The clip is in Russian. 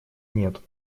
нет